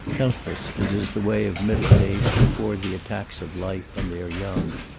helpless as is the way of middle-age before the attacks of life on their young.